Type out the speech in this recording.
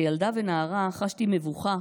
כילדה ונערה חשתי מבוכה